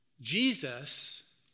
Jesus